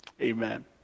Amen